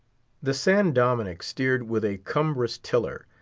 the san dominick steered with a cumbrous tiller,